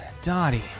Dottie